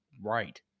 right